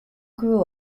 grew